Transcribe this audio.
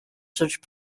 such